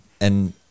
and-